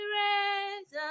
raise